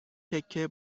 تکه